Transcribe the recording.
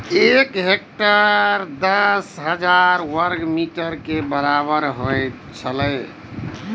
एक हेक्टेयर दस हजार वर्ग मीटर के बराबर होयत छला